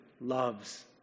loves